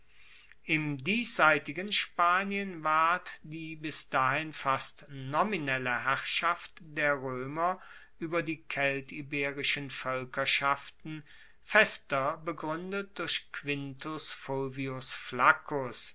im diesseitigen spanien ward die bis dahin fast nominelle herrschaft der roemer ueber die keltiberischen voelkerschaften fester begruendet durch quintus